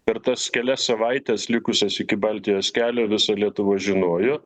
per tas kelias savaites likusias iki baltijos kelio visa lietuva žinojo